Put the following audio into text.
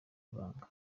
w’ibanga